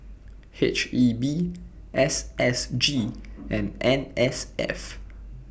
H E B S S G and N S F